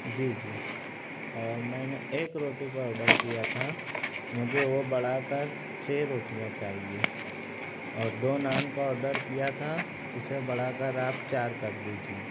جی جی اور میں نے ایک روٹی کا آڈر کیا تھا مجھے وہ بڑھا کر چھ روٹیاں چاہیے اور دو نان کا آڈر کیا تھا اسے بڑھا کر آپ چار کر دیجیے